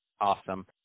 Awesome